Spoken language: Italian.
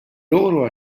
loro